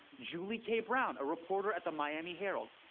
julie k. brown, a reporter at the miami herald.